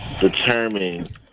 determine